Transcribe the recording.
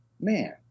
man